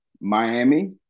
Miami